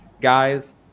Guys